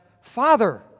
Father